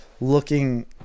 looking